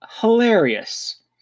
hilarious